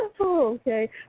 Okay